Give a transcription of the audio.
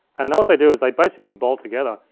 and now what they do is they basically bolt together,